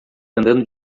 andando